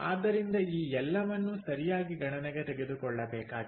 ಆದ್ದರಿಂದ ಈ ಎಲ್ಲವನ್ನು ಸರಿಯಾಗಿ ಗಣನೆಗೆ ತೆಗೆದುಕೊಳ್ಳಬೇಕಾಗಿದೆ